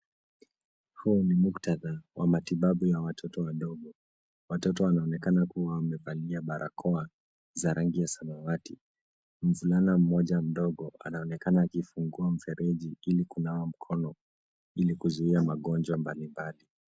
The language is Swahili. Huu ni muktadha wa matibabu ya watoto wadogo. Watoto wanaonekana kuwa wamevaa barakoa za rangi ya samawati. Mvulana mmoja mdogo anaonekana akifungua mfereji ili kunawa mkono ili kuzuia magonjwa mbalimbali.